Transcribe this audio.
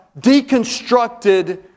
deconstructed